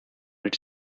its